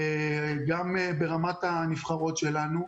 גם ברמת הנבחרות שלנו.